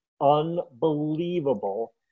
unbelievable